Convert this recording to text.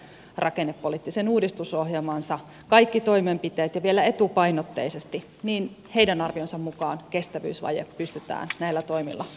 eli mikäli hallitus toteuttaa rakennepoliittisen uudistusohjelmansa kaikki toimenpiteet ja vielä etupainotteisesti niin heidän arvionsa mukaan kestävyysvaje pystytään näillä toimilla umpeen kuromaan